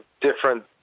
different